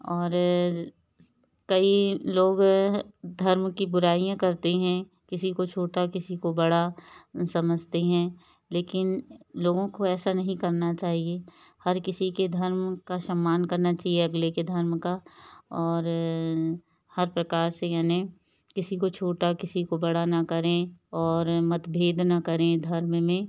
और कई लोग धर्म की बुराईयाँ करती हैं किसी को छोटा किसी को बड़ा समझते हैं लेकिन लोगों को ऐसा नहीं करना चाहिए हर किसी के धर्म का सम्मान करना चाहिए अगले के धर्म का और हर प्रकार से यानी किसी को छोटा किसी को बड़ा ना करें और मत भेद ना करें धर्म में